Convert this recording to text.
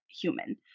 human